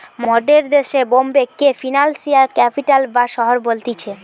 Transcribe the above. মোদের দেশে বোম্বে কে ফিনান্সিয়াল ক্যাপিটাল বা শহর বলতিছে